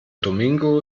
domingo